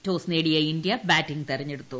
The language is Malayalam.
ടോസ് നേടിയ ഇന്ത്യ ബാറ്റിംഗ് തെരഞ്ഞെടുത്തു